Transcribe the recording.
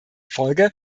folge